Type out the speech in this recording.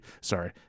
Sorry